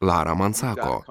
lara man sako